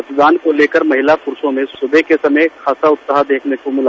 मतदान को लेकर महिला पुरुषों में सुबह के समय खासा उत्साह देखने को मिला